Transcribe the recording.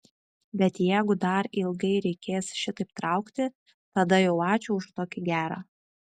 bet jeigu dar ilgai reikės šitaip traukti tada jau ačiū už tokį gerą